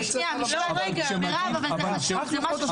מירב, אבל זה חשוב.